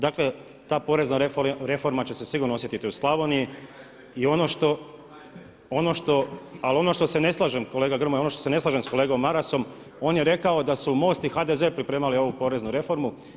Dakle ta porezna reforma će se sigurno osjetiti u Slavoniji ali ono što se ne slažem kolega Grmoja, ono što se ne slažem sa kolegom Marasom on je rekao da su MOST i HDZ pripremali ovu poreznu reformu.